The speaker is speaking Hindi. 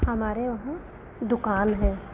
हमारे वहाँ दुकान है